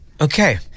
okay